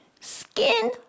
Skin